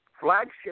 flagship